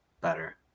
better